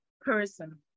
person